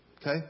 Okay